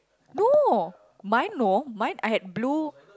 no mine no mine I had blue